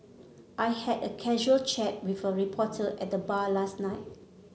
I had a casual chat with a reporter at the bar last night